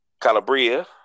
Calabria